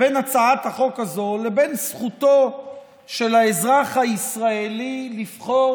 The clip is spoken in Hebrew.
בין הצעת החוק הזו לבין זכותו של האזרח הישראלי לבחור